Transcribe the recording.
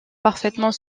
parfaitement